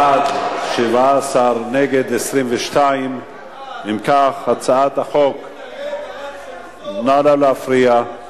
בעד, 17, נגד, 22. אם כך, הצעת החוק לא התקבלה.